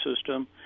system